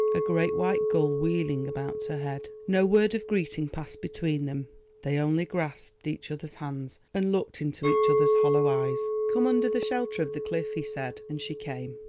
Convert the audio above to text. a great white gull wheeling about her head. no word of greeting passed between them they only grasped each other's hands and looked into each other's hollow eyes. come under the shelter of the cliff, he said, and she came.